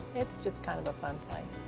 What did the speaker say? it's just kind of a fun place.